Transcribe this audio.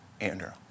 Andrew